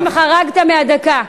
אתה בינתיים חרגת מהדקה.